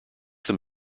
them